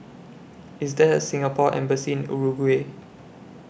IS There A Singapore Embassy in Uruguay